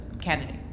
candidate